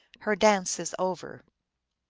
her dance is over.